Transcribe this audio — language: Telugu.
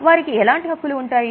వారికి ఎలాంటి హక్కులు ఉంటాయి